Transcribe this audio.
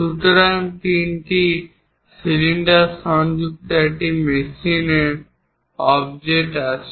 সুতরাং তিনটি সিলিন্ডার সংযুক্ত বা একটি মেশিন অবজেক্ট আছে